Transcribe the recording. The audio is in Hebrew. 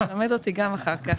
אז תלמד אותי גם אחר כך.